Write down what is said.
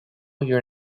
your